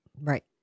Right